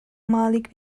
malik